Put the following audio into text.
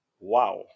Wow